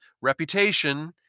reputation